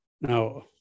now